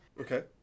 Okay